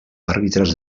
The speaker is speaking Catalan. àrbitres